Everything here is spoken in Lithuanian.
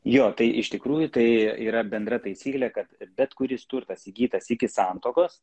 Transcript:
jo tai iš tikrųjų tai yra bendra taisyklė kad bet kuris turtas įgytas iki santuokos